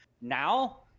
now